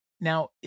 Now